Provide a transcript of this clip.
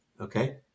okay